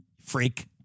freak